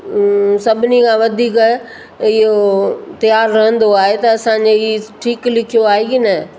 सभिनी खां वधीक इहो तियारु रहंदो आहे त असांजे हीउ ठीकु लिखियो आहे की न